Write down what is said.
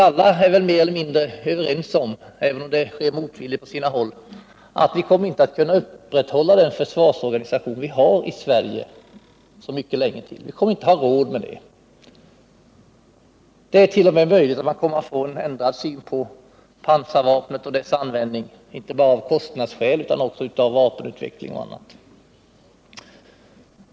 Alla är väl mer eller mindre överens om — även om det är motvilligt på sina håll — att vi inte kommer att kunna upprätthålla den försvarsorganisation som vi har i Sverige så länge till. Vi kommer inte att ha råd med det. Det ärt.o.m. möjligt att vi kommer att få en ändrad syn på pansarvapnet och dess användning, inte bara av kostnadsskäl utan också beroende på vapenutveckling och annat.